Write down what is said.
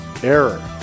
error